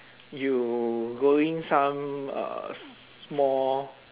some uh small